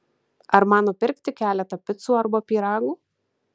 ar man nupirkti keletą picų arba pyragų